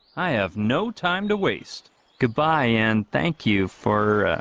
i have no time to waste goodbye and thank you for